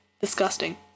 Disgusting